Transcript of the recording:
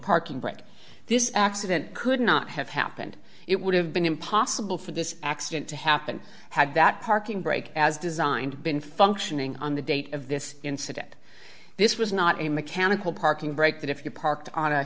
parking brake this accident could not have happened it would have been impossible for this accident to happen had that parking brake as designed been functioning on the date of this incident this was not a mechanical parking brake that if you parked on a